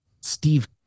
Steve